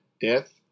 death